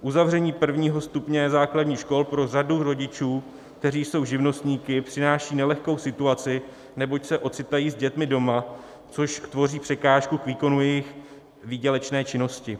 Uzavření prvního stupně základních škol pro řadu rodičů, kteří jsou živnostníky, přináší nelehkou situaci, neboť se ocitají s dětmi doma, což tvoří překážku k výkonu jejich výdělečné činnosti.